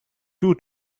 two